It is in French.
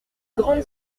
grande